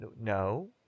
no